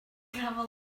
hwnnw